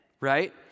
right